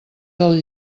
del